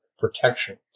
protection